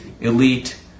elite